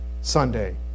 Sunday